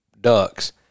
ducks